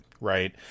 right